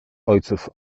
ojców